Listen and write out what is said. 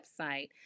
website